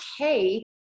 okay